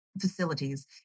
facilities